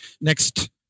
next